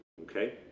okay